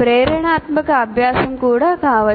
ప్రేరణాత్మక అభ్యాసం కూడా కావచ్చు